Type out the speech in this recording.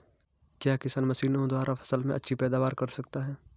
क्या किसान मशीनों द्वारा फसल में अच्छी पैदावार कर सकता है?